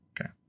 Okay